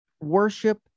worship